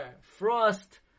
Frost